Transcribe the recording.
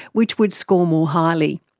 which would score more highly.